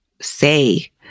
say